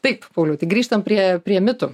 taip pauliau tai grįžtam prie prie mitų